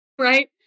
Right